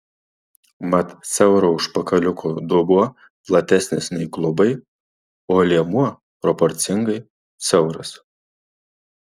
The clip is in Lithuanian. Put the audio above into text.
mat siauro užpakaliuko dubuo platesnis nei klubai o liemuo proporcingai siauras